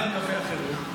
מה עם קווי החירום?